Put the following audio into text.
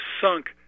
sunk